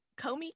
Comey